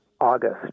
August